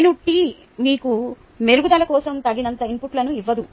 నేనుt మీకు మెరుగుదల కోసం తగినంత ఇన్పుట్లను ఇవ్వదు